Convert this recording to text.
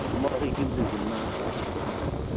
म एक दिन दुई दिनमा आउँछु तपाईँकोमा